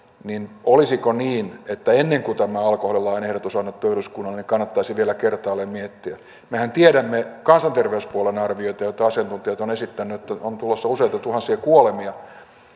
niin olisiko niin että ennen kuin tämä alkoholilain ehdotus on annettu eduskunnalle kannattaisi vielä kertaalleen miettiä mehän tiedämme kansanterveyspuolen arvioita joita asiantuntijat ovat esittäneet että on tulossa useita tuhansia kuolemia